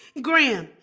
graham,